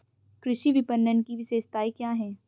कृषि विपणन की विशेषताएं क्या हैं?